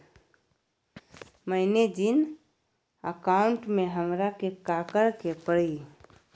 मैंने जिन अकाउंट में हमरा के काकड़ के परी?